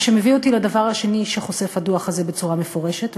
מה שמביא אותי לדבר השני שחושף הדוח הזה בצורה מפורשת,